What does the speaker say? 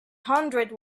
hundred